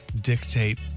dictate